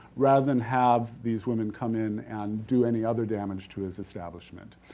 rather than have these women come in and do any other damage to his establishment.